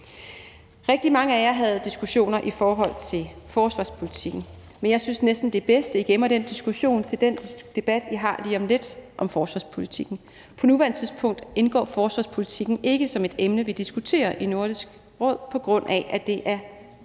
Rigtig mange af jer havde kommentarer i forhold til forsvarspolitikken, men jeg synes næsten, det er bedst, at I gemmer den diskussion til den debat, I skal have lige om lidt, om forsvarspolitikken. På nuværende tidspunkt indgår forsvarspolitikken ikke som et emne, vi diskuterer i Nordisk Råd, fordi det er